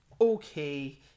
okay